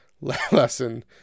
lesson